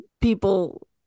people